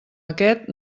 aquest